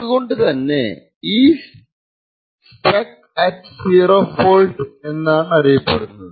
അത് കൊണ്ട് തന്നെ ഇത് സ്റ്റക്ക് അറ്റ് 0 ഫോൾട്ട് എന്നാണറിയപ്പെടുന്നത്